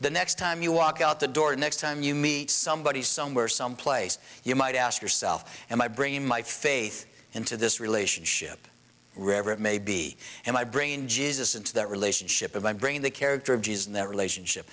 the next time you walk out the door next time you meet somebody somewhere someplace you might ask yourself am i bringing my faith into this relationship river it may be in my brain jesus into that relationship of my brain the character of jesus and their relationship